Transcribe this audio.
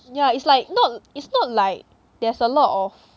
yeah is like not is not like there's a lot of